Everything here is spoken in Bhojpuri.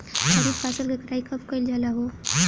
खरिफ फासल के कटाई कब कइल जाला हो?